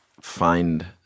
find